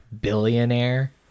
billionaire